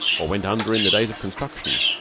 or went under in the days of construction.